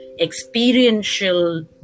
experiential